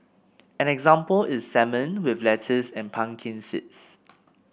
an example is salmon with lettuce and pumpkin seeds